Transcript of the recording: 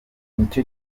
nicyo